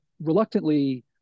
reluctantly